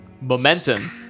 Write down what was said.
momentum